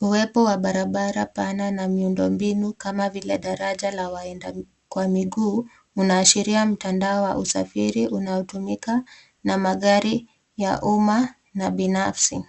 Uwepo wa barabara pana na miundo mbinu kama vile daraja la waenda kwa miguu, unaashiria mtandao wa usafiri unaotumika na magari ya umma na binafsi.